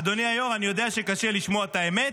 אדוני היו"ר, אני יודע שקשה לשמוע את האמת,